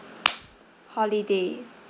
holiday